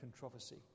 controversy